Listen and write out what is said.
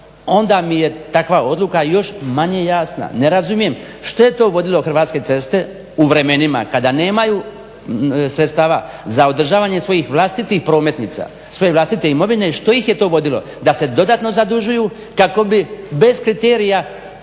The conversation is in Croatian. onda mi je takva odluka još manje jasna. Ne razumijem, što je to vodilo Hrvatske ceste u vremenima kada nemaju sredstava za održavanje svojih vlastitih prometnica, svoje vlastite imovine što ih je to vodilo da se dodatno zadužuju kako bi bez kriterija